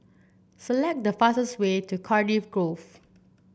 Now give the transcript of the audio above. select the fastest way to Cardiff Grove